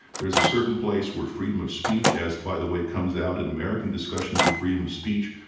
there's a certain place where freedom of speech as, by the way, comes out in american discussions of freedom of speech,